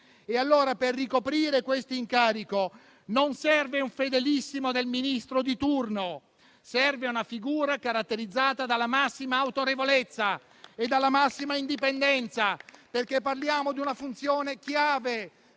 Per ricoprire questo incarico non serve un fedelissimo del Ministro di turno: serve una figura caratterizzata dalla massima autorevolezza e dalla massima indipendenza. Parliamo infatti di una funzione chiave